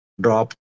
drop